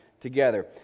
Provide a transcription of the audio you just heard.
together